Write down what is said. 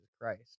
Christ